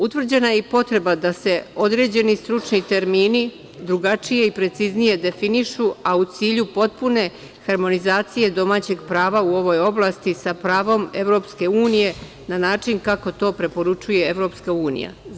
Utvrđena je i potreba da se određeni stručni termini drugačije i preciznije definišu, a u cilju potpune harmonizacije domaćeg prava u ovoj oblasti sa pravom EU na način kako to preporučuje EU.